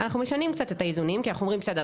אנחנו משנים קצת את האיזונים כי אנחנו אומרים בסדר,